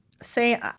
Say